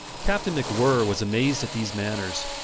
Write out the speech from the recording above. captain macwhirr was amazed at these manners.